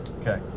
Okay